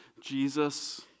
Jesus